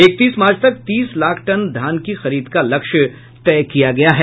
इकतीस मार्च तक तीस लाख टन धान की खरीद का लक्ष्य तय किया गया है